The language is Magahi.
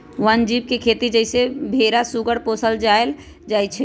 वन जीव के खेती जइसे भेरा सूगर पोशल जायल जाइ छइ